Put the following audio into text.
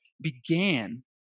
began